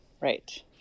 Right